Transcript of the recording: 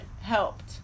helped